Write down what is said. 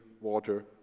water